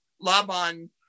laban